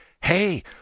Hey